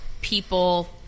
people